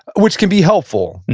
which can be helpful,